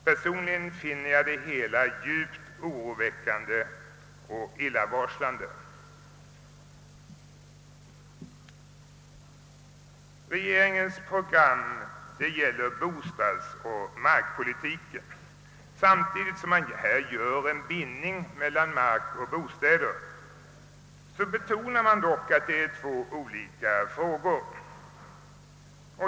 Personligen finner jag det hela djupt oroväckande och illavarslande. Regeringens program gäller bostadsoch markpolitiken, Samtidigt som man här binder bostadsproblemen vid markproblemen betonar man att det är två olika frågor.